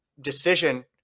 decision